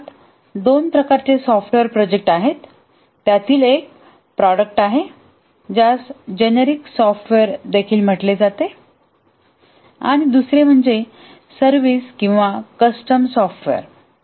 मुळात दोन प्रकारचे सॉफ्टवेअर प्रोजेक्ट आहेत त्यातील एक प्रॉडक्ट आहे ज्यास जेनेरिक सॉफ्टवेअर देखील म्हटले जाते आणि दुसरे म्हणजे सर्विस किंवा कस्टम सॉफ्टवेअर